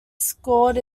scored